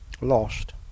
Lost